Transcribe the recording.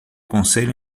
conselho